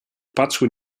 patrzył